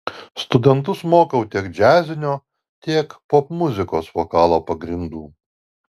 studentus mokau tiek džiazinio tiek popmuzikos vokalo pagrindų